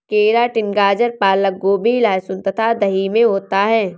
keratin गाजर पालक गोभी लहसुन तथा दही में होता है